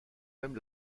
même